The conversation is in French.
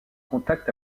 contacts